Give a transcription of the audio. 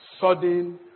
Sudden